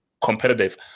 competitive